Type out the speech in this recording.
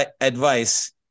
advice